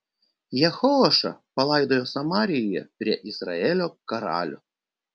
jehoašą palaidojo samarijoje prie izraelio karalių